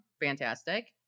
fantastic